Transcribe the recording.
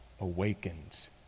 awakens